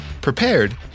prepared